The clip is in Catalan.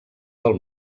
del